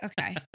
Okay